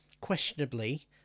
questionably